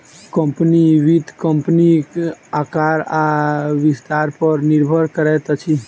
company, वित्त कम्पनीक आकार आ विस्तार पर निर्भर करैत अछि